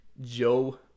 Joe